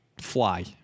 fly